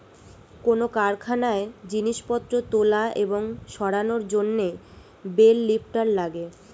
কোন কারখানায় জিনিসপত্র তোলা এবং সরানোর জন্যে বেল লিফ্টার লাগে